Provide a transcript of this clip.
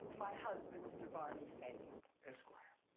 my husband, mr. barney fagan. esquire.